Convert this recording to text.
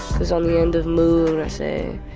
because on the end of mood, i say,